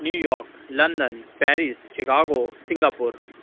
New York London Paris Chicago Singapore